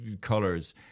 colors